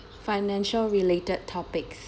financial related topics